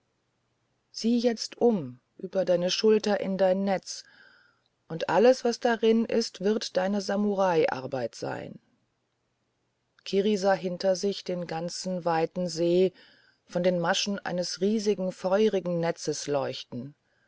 sieh jetzt um über deine schulter in dein netz und alles was darin ist wird deine samuraiarbeit sein kiri sah hinter sich den ganzen weiten see von den maschen eines riesigen feurigen netzes leuchten